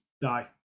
die